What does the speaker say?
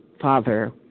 Father